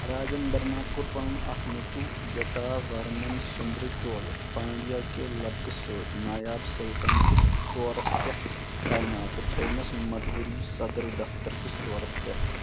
راجندرن کوٚر پنُن اکھ نیٚچُو جاٹا ورمن سُندرا چولہٕ پانڈیا کہِ لبقہٕ سۭتۍ نٲیِب السلطنت کِس دورس پٮ۪ٹھ تعینات تہٕ تھوونس مدورای صدر دفتر کِس طورس پٮ۪ٹھ